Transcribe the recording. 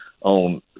on